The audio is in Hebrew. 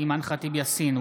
אימאן ח'טיב יאסין,